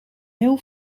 heel